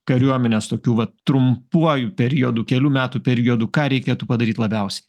kariuomenės tokiu vat trumpuoju periodu kelių metų periodu ką reikėtų padaryt labiausiai